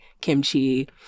kimchi